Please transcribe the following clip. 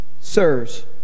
Sirs